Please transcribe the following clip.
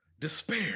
despair